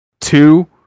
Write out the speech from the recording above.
two